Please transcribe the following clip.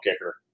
kicker